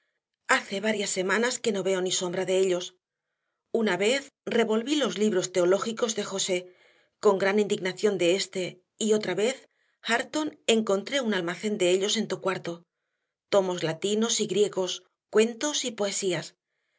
hace varias semanas que no veo ni sombra de ellos una vez revolví los libros teológicos de josé con gran indignación de éste y otra vez hareton encontré un almacén de ellos en tu cuarto tomos latinos y griegos cuentos y poesías